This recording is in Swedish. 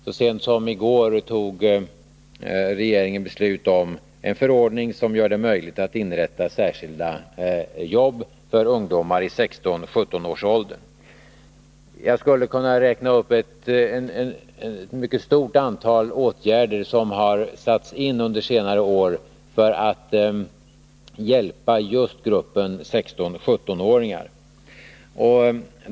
Så sent som i går fattade regeringen beslut om en förordning, som gör det möjligt att inrätta särskilda jobb för ungdomar i 16-17-årsåldern. Jag skulle kunna räkna upp ett mycket stort antal åtgärder som satts in under senare år för att hjälpa just gruppen 16-17-åringar.